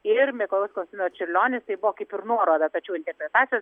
ir mikalojus konstantino čiurlionis tai buvo kaip ir nuoroda tačiau interpretacijos